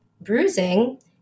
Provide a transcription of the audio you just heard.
bruising